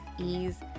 ease